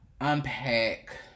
unpack